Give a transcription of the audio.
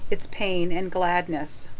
its pain and gladness.